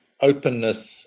openness